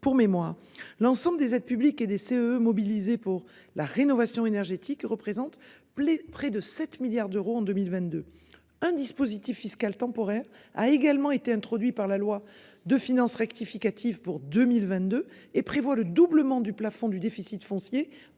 pour mémoire l'ensemble des aides publiques et des CE. Pour la rénovation énergétique représente plaît près de 7 milliards d'euros en 2022. Un dispositif fiscal temporaire a également été introduit par la loi de finances rectificative pour 2022 et prévoit le doublement du plafond. Du déficit foncier